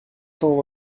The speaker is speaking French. cent